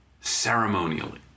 ceremonially